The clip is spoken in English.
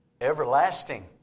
everlasting